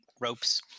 Ropes